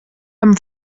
haben